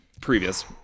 previous